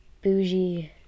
Bougie